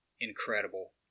incredible